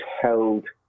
held